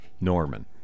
Norman